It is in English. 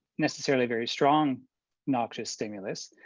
necessarily very strong noxious stimulus,